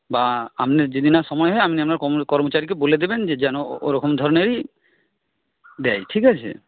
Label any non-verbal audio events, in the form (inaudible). বা আপনার যদি না সময় হয় আপনি আপনার (unintelligible) কর্মচারীকে বলে দেবেন যেন ওরকম ধরনেরই দেয় ঠিক আছে